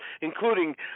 including